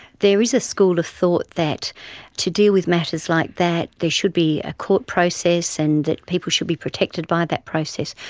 there is a school of thought that to deal with matters like that there should be a court process and that people should be protected by that process.